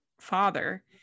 father